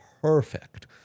Perfect